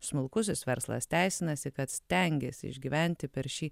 smulkusis verslas teisinasi kad stengiasi išgyventi per šį